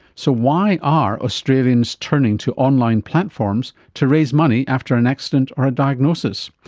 so why are australians turning to online platforms to raise money after an accident or a diagnosis?